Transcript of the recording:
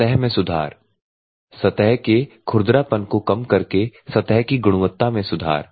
सतह में सुधार सतह के खुरदरापन को कम करके सतह की गुणवत्ता में सुधार